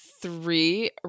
Three